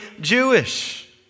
Jewish